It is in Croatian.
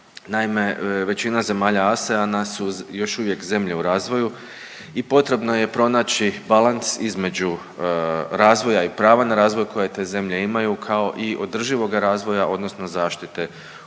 Naime, većina zemalja ASEAN-a su još uvijek zemlje u razvoju i potrebno je pronaći balans između razvoja i prava na razvoj koje te zemlje imaju kao i održivoga razvoja, odnosno zaštite okoliša.